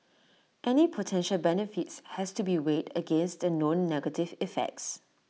any potential benefits has to be weighed against the known negative effects